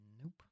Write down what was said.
Nope